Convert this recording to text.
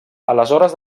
aleshores